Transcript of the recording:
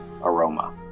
aroma